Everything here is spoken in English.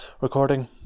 Recording